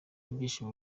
ibyishimo